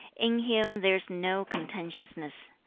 in him there is no contentiousness.